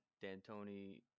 D'Antoni